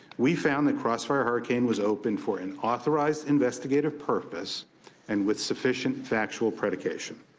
we found that crossfire hurricane was opened for an authorized investigative purpose and with sufficient factual predication.